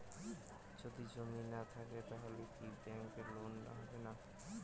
যদি জমি না থাকে তাহলে কি ব্যাংক লোন হবে না?